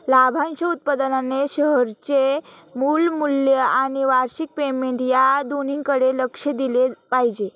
लाभांश उत्पन्नाने शेअरचे मूळ मूल्य आणि वार्षिक पेमेंट या दोन्हीकडे लक्ष दिले पाहिजे